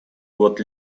год